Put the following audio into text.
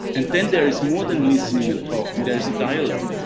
and then there is more than listening and talking, there is a dialogue.